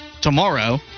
Tomorrow